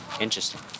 Interesting